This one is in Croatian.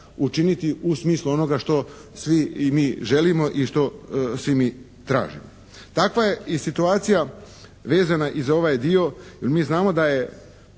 učiniti u smislu onoga što svi i mi želimo i što svi mi tražimo. Takva je i situacija vezana i za ovaj dio. Jer mi znamo da je